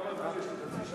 כמה זמן יש לי?